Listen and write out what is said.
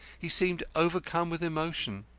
he seemed overcome with emotion.